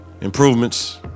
Improvements